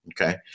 Okay